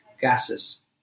gases